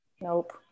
nope